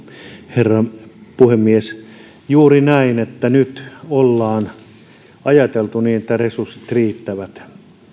herra puhemies juuri näin että nyt ollaan ajateltu niin että resurssit riittävät